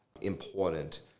important